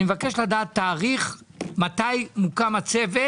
אני מבקש לדעת את התאריך בו מוקם הצוות